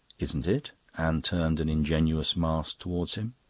isn't it? anne turned an ingenuous mask towards him.